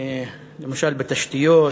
למשל, בתשתיות,